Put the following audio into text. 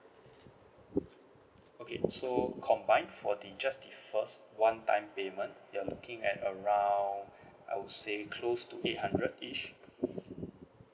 okay so combine for the just the first one time payment you're looking at around I would say close to eight hundred each